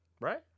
right